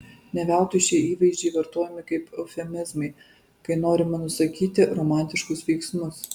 ne veltui šie įvaizdžiai vartojami kaip eufemizmai kai norima nusakyti romantiškus veiksmus